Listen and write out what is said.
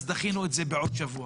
אז דחינו את זה בעוד שבוע.